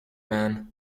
man